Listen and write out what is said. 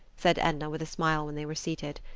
said edna with a smile when they were seated.